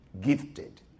gifted